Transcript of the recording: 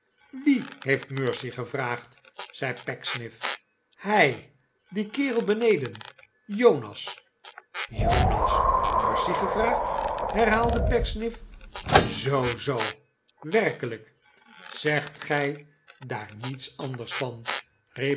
wie heeft mercy gevraagd zei pecksniff hij die kerel beneden jonas jonas mercy gevraagd herhaalde pecksniff zoo zoo werkelijk zegt gij daar niets anders van